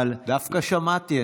דווקא שמעתי.